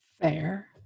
Fair